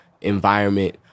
environment